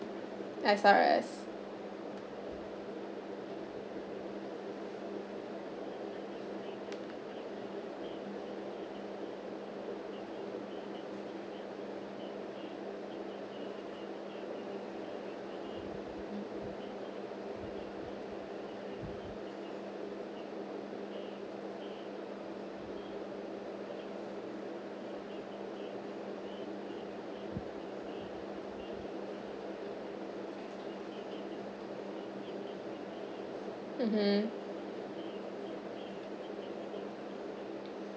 S_R_S mmhmm